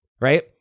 right